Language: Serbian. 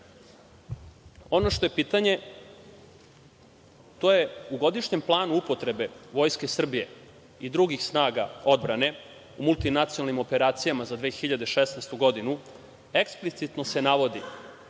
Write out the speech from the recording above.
što je pitanje to je, u godišnjem planu upotrebe Vojske Srbije i drugih snaga odbrane u multinacionalnim operacijama za 2016. godinu, eksplicitno se navodi